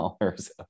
dollars